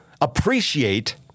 appreciate